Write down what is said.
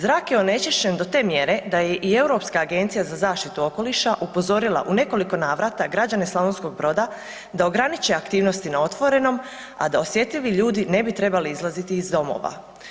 Zrak je onečišćen do te mjere da je i Europska agencija za zaštitu okoliša upozorila u nekoliko navrata građane Slavonskog Broda da ograniče aktivnosti na otvorenom, a da osjetljivi ljudi ne bi trebali izlaziti iz domova.